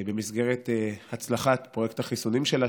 במסגרת הצלחת פרויקט החיסונים שלה,